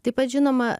taip pat žinoma